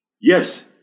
Yes